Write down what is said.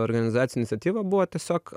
organizacijų iniciatyva buvo tiesiog